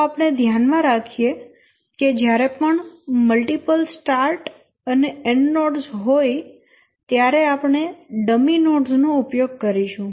તો આપણે ધ્યાનમાં રાખીએ કે જ્યારે પણ મલ્ટીપલ સ્ટાર્ટ અને એન્ડ નોડ્સ હોય ત્યારે આપણે ડમી નોડ્સ નો ઉપયોગ કરીશું